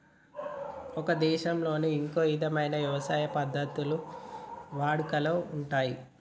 ఒక్కో దేశంలో ఒక్కో ఇధమైన యవసాయ పద్ధతులు వాడుకలో ఉంటయ్యి